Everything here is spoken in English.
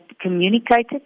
communicated